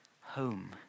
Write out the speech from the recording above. home